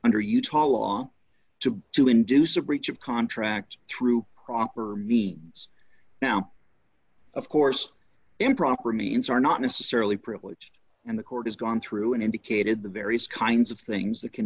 under utah law to to induce a breach of contract through proper movie now of course improper means are not necessarily privileged and the court has gone through and indicated the various kinds of things that can